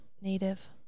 native